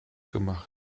gemacht